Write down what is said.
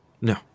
No